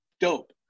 dope